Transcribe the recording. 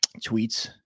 tweets